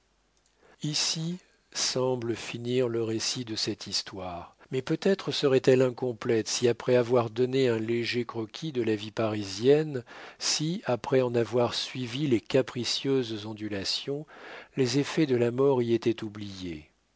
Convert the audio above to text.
ici semble finir le récit de cette histoire mais peut-être serait-elle incomplète si après avoir donné un léger croquis de la vie parisienne si après en avoir suivi les capricieuses ondulations les effets de la mort y étaient oubliés